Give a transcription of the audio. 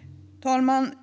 Fru talman!